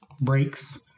breaks